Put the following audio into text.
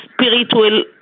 spiritual